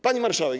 Pani Marszałek!